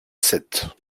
sète